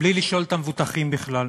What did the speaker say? בלי לשאול את המבוטחים בכלל.